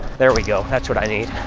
there we go that's what i need.